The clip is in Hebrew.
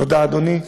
תודה, אדוני.